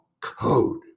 code